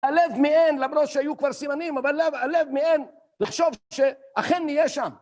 הלב מאין, למרות שהיו כבר סימנים, אבל הלב מאין לחשוב שאכן נהיה שם.